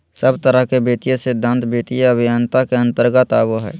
सब तरह के वित्तीय सिद्धान्त वित्तीय अभयन्ता के अन्तर्गत आवो हय